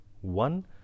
one